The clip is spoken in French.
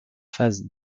phases